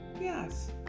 Yes